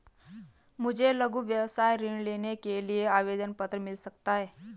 मुझे लघु व्यवसाय ऋण लेने के लिए आवेदन पत्र मिल सकता है?